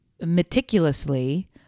meticulously